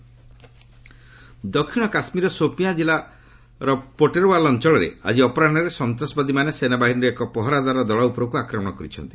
JK attack ଦକ୍ଷିଣ କାଶ୍ମୀରର ସୋପିଆଁ କିଲ୍ଲାର ପୋଟେର୍ୱାଲ୍ ଅଞ୍ଚଳରେ ଆଜି ଅପରାହୁରେ ସନ୍ତାସବାଦୀମାନେ ସେନାବାହିନୀର ଏକ ପହରାଦାର ଦଳ ଉପରକ୍ତ ଆକ୍ରମଣ କରିଛନ୍ତି